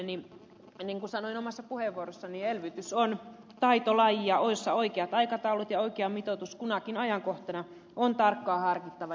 niin kuin sanoin omassa puheenvuorossani elvytys on taitolaji ja oikeat aikataulut ja oikea mitoitus kunakin ajankohtana on tarkkaan harkittava